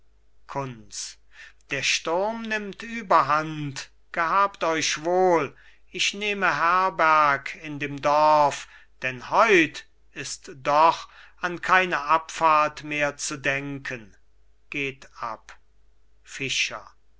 der sturm nimmt überhand gehabt euch wohl ich nehme herberg in dem dorf denn heut ist doch an keine abfahrt mehr zu denken geht ab